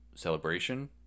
celebration